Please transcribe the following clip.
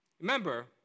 Remember